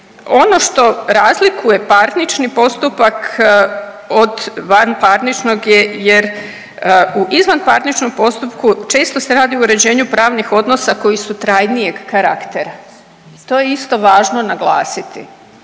ono što razlikuje parnični postupak od vanparničnog je jer u izvanparničnom postupku često se radi o uređenju pravnih odnosa koji su trajnijeg karaktera, to je isto važno naglasiti.